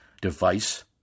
device